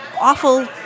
awful